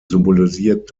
symbolisiert